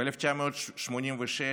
ב-1986,